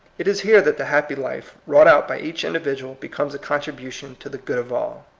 it is here that the happy life wrought out by each individual becomes a contribu tion to the good of all.